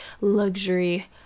luxury